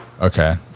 Okay